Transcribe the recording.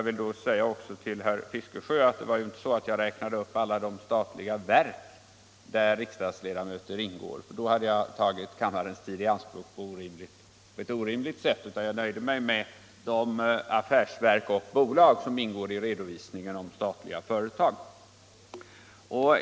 Till herr Fiskesjö vill jag säga att jag givetvis inte räknade upp alla de statliga verk där riksdagsledamöter ingår. Annars hade jag tagit kammarens tid i anspråk på ett orimligt sätt. Jag nöjde mig med att ange de affärsverk och bolag som ingår i redovisningen av statliga företag.